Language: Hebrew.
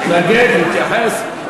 להתנגד, להתייחס.